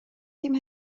dim